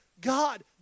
God